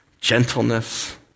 gentleness